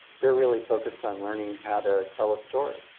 they're really focused on learning how to tell a story.